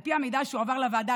על פי המידע שהועבר לוועדה,